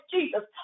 Jesus